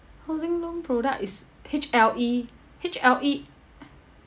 housing loan product is H_L_E H_L_E